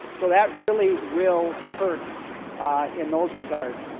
so that really will hurt in those regards.